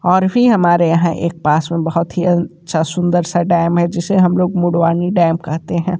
और भी हमारे यहाँ एक पास में बहुत ही अच्छा सुंदर सा डैम है जिसे हम लोग मोटवानी डैम कहते हैं